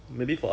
different